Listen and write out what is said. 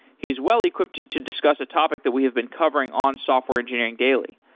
he is well-equipped to discuss a topic that we have been covering on software engineering daily,